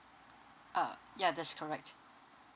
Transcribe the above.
uh ya that's correct